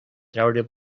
traure